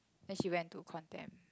then she went to condemn